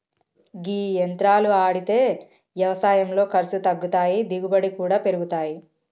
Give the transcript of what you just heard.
గీ యంత్రాలు ఆడితే యవసాయంలో ఖర్సు తగ్గుతాది, దిగుబడి కూడా పెరుగుతాది